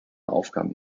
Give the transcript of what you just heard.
aufgaben